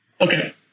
Okay